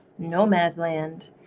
Nomadland